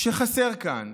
שחסר כאן,